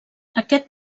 aquest